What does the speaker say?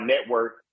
network